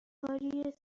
کاری